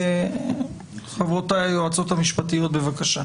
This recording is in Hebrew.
אם כן, חברותיי היועצות המשפטיות, בבקשה.